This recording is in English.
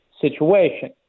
situation